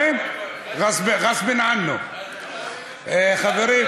התשע"ז 2017,